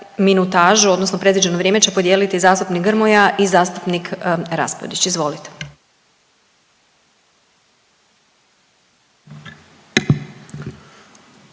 minutažu, odnosno predviđeno vrijeme će podijeliti zastupnik Grmoja i zastupnik Raspudić. Izvolite.